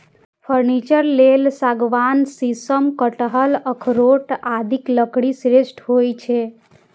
furniture लेल सागवान, शीशम, कटहल, अखरोट आदिक लकड़ी श्रेष्ठ होइ छै